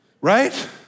Right